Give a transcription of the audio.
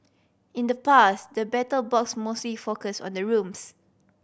in the past the Battle Box mostly focus on the rooms